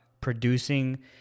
producing